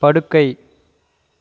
படுக்கை